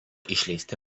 išleisti